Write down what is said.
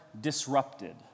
disrupted